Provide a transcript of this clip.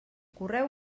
correu